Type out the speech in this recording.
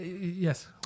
Yes